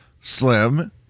Slim